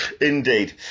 Indeed